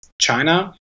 China